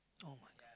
[oh]-my-god